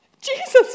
Jesus